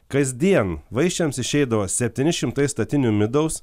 kasdien vaišėms išeidavo septyni šimtai statinių midaus